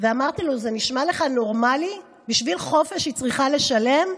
ואמרתי לו: זה נשמע לך נורמלי שבשביל חופש היא צריכה לשלם?